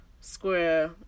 square